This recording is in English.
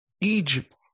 Egypt